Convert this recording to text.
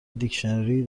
دیکشنری